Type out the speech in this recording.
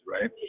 right